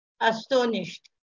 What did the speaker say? astonished